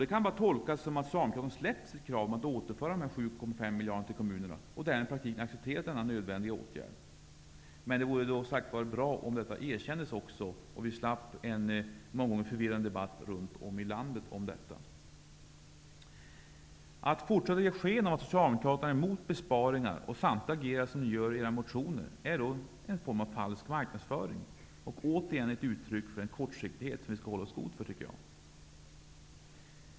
Det kan bara tolkas så, att socialdemokraterna har släppt sitt krav om att återföra de 7,5 miljarderna till kommunerna och därmed i praktiken accepterat denna nödvändiga åtgärd. Men det vore bra om detta erkändes så att vi slapp en, många gånger, förvirrad debatt om detta. Att ni socialdemokrater fortsätter att ge sken av att vara emot besparingar och samtidigt agerar som ni gör i era motioner är en form av falsk marknadsföring och återigen ett uttryck för den kortsiktighet som vi skall hålla oss för goda för.